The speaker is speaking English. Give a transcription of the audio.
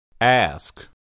Ask